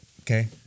Okay